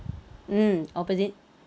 mm opposite